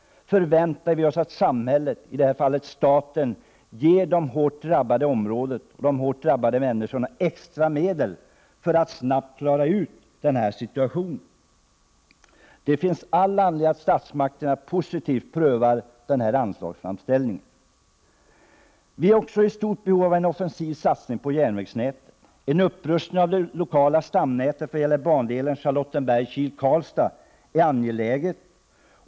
Vi förväntar oss att samhället —i det här fallet staten — ger det hårt drabbade området extra medel för att snabbt klara situationen. Det finns all anledning att statsmakterna positivt prövar länets anslagsframställning. Vi är också i stort behov av en offensiv satsning på järnvägsnätet. En upprustning av det lokala stamnätet vad gäller bandelen Charlottenberg Kil-Karlstad är angelägen.